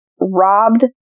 robbed